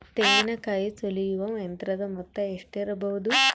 ತೆಂಗಿನಕಾಯಿ ಸುಲಿಯುವ ಯಂತ್ರದ ಮೊತ್ತ ಎಷ್ಟಿರಬಹುದು?